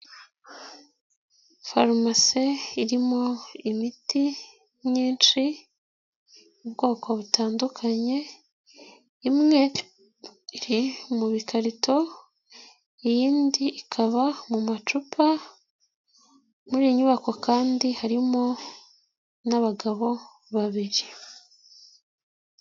Farumasi irimo imiti myinshi, ubwoko butandukanye, imwe iri mukarito, iyindi ikaba mu macupa, muri iyi nyubako kandi harimo n'abagabo babiri.